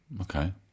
Okay